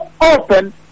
open